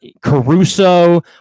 Caruso